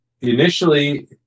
Initially